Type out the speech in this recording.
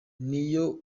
n’iyo